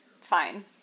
fine